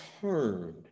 turned